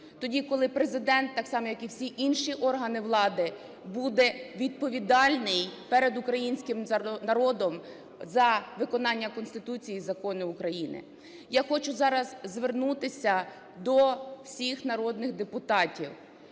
Тоді, коли Президент так само, як і всі інші органи влади, буде відповідальний перед українським народом за виконання Конституції і законів України. Я хочу зараз звернутися до всіх народних депутатів.